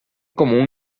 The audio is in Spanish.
como